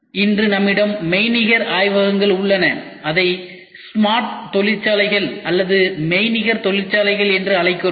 இன்று நம்மிடம் மெய்நிகர் ஆய்வகங்கள் உள்ளன அதை ஸ்மார்ட் தொழிற்சாலைகள் அல்லது மெய்நிகர் தொழிற்சாலைகள் என்று அழைக்கிறோம்